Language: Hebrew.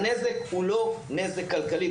הנזק הוא לא רק נזק כלכלי.